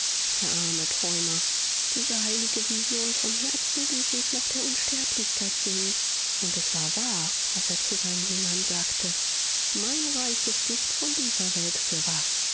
der arme träumer diese heilige vision von herzen die sich nach der unsterblichkeit sehnen und es war wahr was er zu seinen jüngern sagte mein reich ist nicht von dieser welt fürwahr